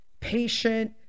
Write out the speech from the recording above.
Patient